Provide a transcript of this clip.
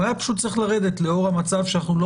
הוא היה צריך לרדת לאור המצב שאנחנו לא